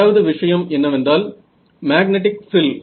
இரண்டாவது விஷயம் என்னவென்றால் மேக்னெட்டிக் ஃப்ரில்